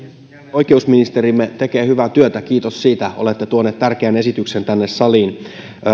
oikeusministerimme tekee hyvä työtä kiitos siitä olette tuonut tärkeän esityksen tänne saliin